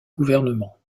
gouvernement